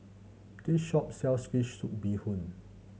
this shop sells fish soup bee hoon